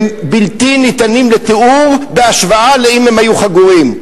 הם בלתי ניתנים לתיאור בהשוואה למה שהיה קורה אם הם היו חגורים.